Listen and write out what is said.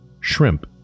shrimp